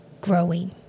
growing